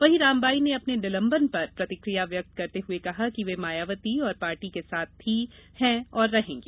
वहीं रामबाई ने अपने निलंबन पर प्रतिक्रिया व्यक्त करते हुए कहा कि वे मायावती और पार्टी के साथ थी हैं और रहेंगी